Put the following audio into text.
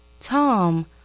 Tom